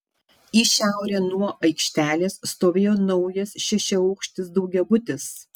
į šiaurę nuo aikštelės stovėjo naujas šešiaaukštis daugiabutis